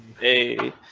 Hey